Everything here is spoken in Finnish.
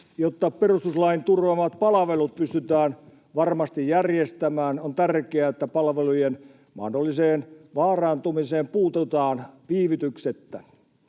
Jotta perustuslain turvaamat palvelut pystytään varmasti järjestämään, on tärkeää, että palvelujen mahdolliseen vaarantumiseen puututaan viivytyksettä.